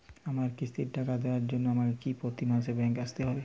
আমার কিস্তির টাকা দেওয়ার জন্য আমাকে কি প্রতি মাসে ব্যাংক আসতে হব?